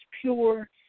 pure